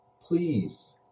please